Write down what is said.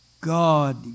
God